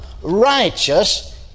righteous